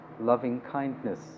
loving-kindness